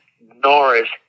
Norris